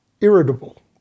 irritable